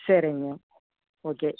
சரிங்க ஓகே